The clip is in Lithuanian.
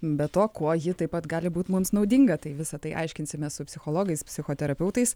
be to kuo ji taip pat gali būt mums naudinga tai visa tai aiškinsimės su psichologais psichoterapeutais